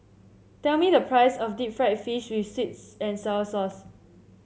tell me the price of Deep Fried Fish with sweets and sour sauce